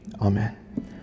amen